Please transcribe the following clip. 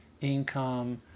income